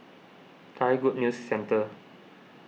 Thai Good News Centre